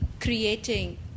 creating